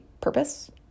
purpose